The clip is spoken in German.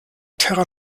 terra